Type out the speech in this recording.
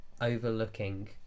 overlooking